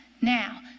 Now